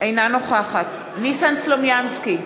אינה נוכחת ניסן סלומינסקי,